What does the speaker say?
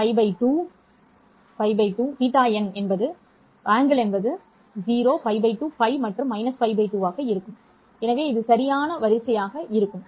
இருப்பினும் n க்கு என்ன நடக்கும் 0n 0 π 2 π மற்றும் -π 2 ஆக இருக்கும் எனவே இது சரியான வரிசையாக இருக்கும்